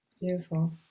beautiful